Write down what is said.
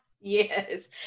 Yes